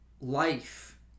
life